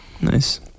Nice